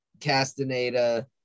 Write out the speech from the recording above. Castaneda